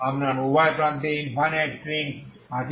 আপনার উভয় প্রান্তে ইনফাইনাইট স্ট্রিং আছে